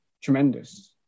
tremendous